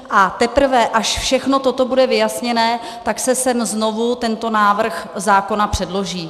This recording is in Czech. A teprve až všechno toto bude vyjasněné, tak se sem znovu tento návrh zákona předloží.